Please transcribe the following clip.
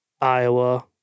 Iowa